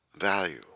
value